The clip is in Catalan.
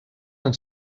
han